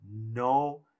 no